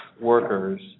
workers